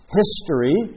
history